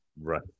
right